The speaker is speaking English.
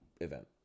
event